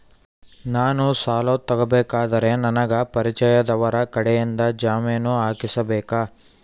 ನಾನು ಸಾಲ ತಗೋಬೇಕಾದರೆ ನನಗ ಪರಿಚಯದವರ ಕಡೆಯಿಂದ ಜಾಮೇನು ಹಾಕಿಸಬೇಕಾ?